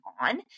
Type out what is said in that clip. on